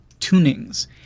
tunings